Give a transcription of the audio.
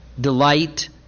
delight